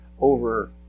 over